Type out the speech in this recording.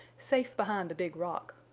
safe behind the big rock.